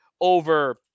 over